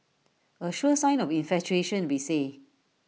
A sure sign of infatuation we say